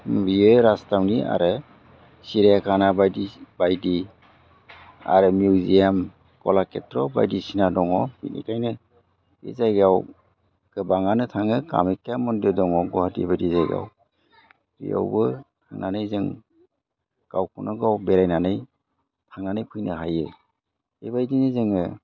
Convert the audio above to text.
बेयो राजथावनि आरो सिरियाखाना बायदि बायदि आरो मिउजियाम कलाखेथ्र' बायदिसिना दङ बेनिखायनो बे जायगायाव गोबाङानो थाङो कामाख्या मन्दिर दङ गुवाहाटि बायदि जायगायाव बेयावबो थांनानै जों गावखौनो गाव बेरायनानै थांनानै फैनो हायो बेबायदिनो जोङो